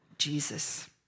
Jesus